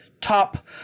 top